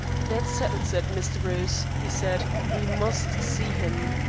that settles it, mr. bruce, he said. we must see him.